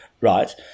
right